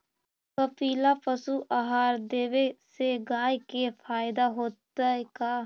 कपिला पशु आहार देवे से गाय के फायदा होतै का?